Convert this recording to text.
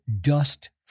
dust